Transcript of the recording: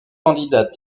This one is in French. candidates